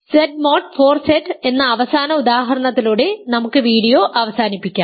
അതിനാൽ Z mod 4 Z എന്ന അവസാന ഉദാഹരണത്തിലൂടെ നമുക്ക് വീഡിയോ അവസാനിപ്പിക്കാം